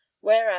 whereas